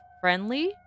friendly